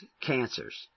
cancers